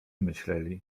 myśleli